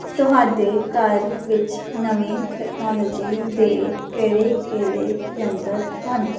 ਤੁਹਾਡੇ ਘਰ ਵਿੱਚ ਨਵੀਂ ਟੈਕਨੋਲੋਜੀ ਦੇ ਕਿਹੜੇ ਕਿਹੜੇ ਯੰਤਰ ਹਨ